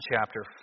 chapter